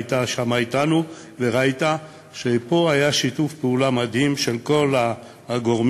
היית שם אתנו וראית שהיה פה שיתוף פעולה מדהים של כל הגורמים,